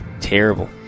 Terrible